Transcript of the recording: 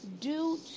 due